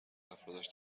افرادش